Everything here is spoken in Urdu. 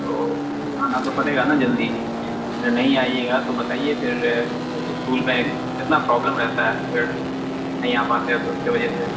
تو آنا تو پڑے گا نا جلدی اگر نہیں آئیے گا تو بتائیے پھر اسکول میں کتنا پرابلم رہتا ہے اگر نہیں آ پاتے تو اس کے وجہ سے